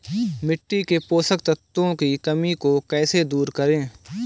मिट्टी के पोषक तत्वों की कमी को कैसे दूर करें?